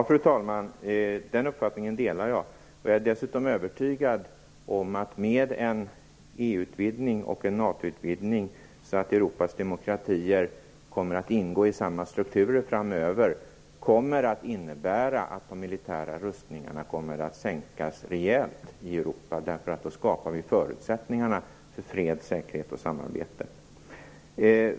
Fru talman! Den uppfattningen delar jag. Jag är dessutom övertygad om att en EU-utvidgning och en NATO-utvidgning som gör att Europas demokratier framöver kommer att ingå i samma strukturer också kommer att innebära att den militära rustningsnivån kommer att sänkas rejält i Europa. Då skapar vi nämligen förutsättningar för fred, säkerhet och samarbete.